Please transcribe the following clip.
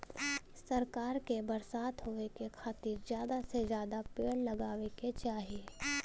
सरकार के बरसात होए के खातिर जादा से जादा पेड़ लगावे के चाही